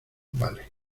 vale